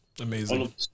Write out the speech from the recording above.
Amazing